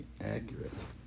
accurate